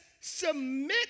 submit